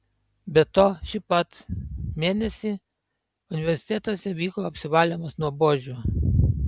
be to šį pat mėnesį universitetuose vyko apsivalymas nuo buožių